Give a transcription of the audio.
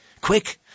Quick